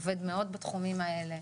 עובד מאוד בתחומים האלה.